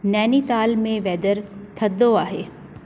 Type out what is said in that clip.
नैनीताल में वेदर थधो आहे